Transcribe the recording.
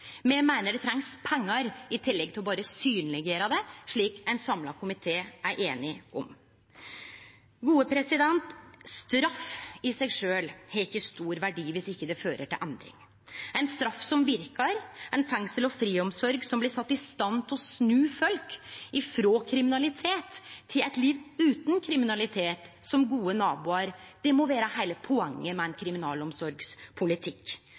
Me meiner det trengst pengar i tillegg til berre å synleggjere det, slik ein samla komité er einig om. Straff i seg sjølv har ikkje stor verdi viss ikkje det fører til endring. Ei straff som verkar, ei fengsels- og friomsorg som blir sett i stand til å snu folk frå kriminalitet til eit liv utan kriminalitet, som gode naboar, må vere heile poenget med ein